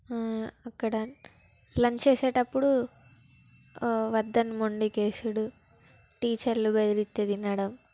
అక్కడ లంచ్ చేసేటప్పుడు వద్దని మొండికేసి టీచర్లు బెదిరిత్తే తినడం